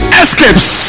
escapes